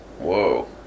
Whoa